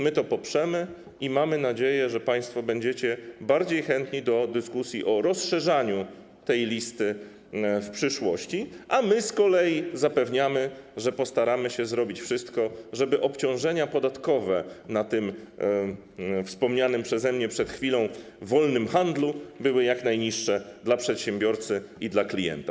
My to poprzemy i mamy nadzieję, że państwo będziecie bardziej chętni do dyskusji o rozszerzaniu tej listy w przyszłości, a my z kolei zapewniamy, że postaramy się zrobić wszystko, żeby obciążenia podatkowe w odniesieniu do wspomnianego przeze mnie przed chwilą wolnego handlu były jak najniższe dla przedsiębiorcy i dla klienta.